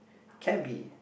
cabby